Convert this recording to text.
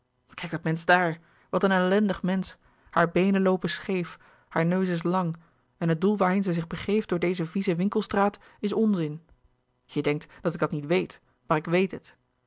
kijk dat mensch daar wat een ellendig mensch haar beenen loopen scheef haar neus is lang en het doel waarheen ze zich begeeft door louis couperus de boeken der kleine zielen deze vieze winkelstraat is onzin je denkt dat ik dat niet weet maar ik weet het